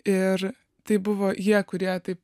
ir tai buvo jie kurie taip